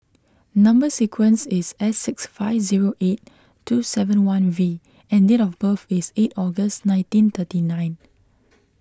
Number Sequence is S six five zero eight two seven V and date of birth is eight August nineteen thirty nine